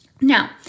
Now